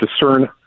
discern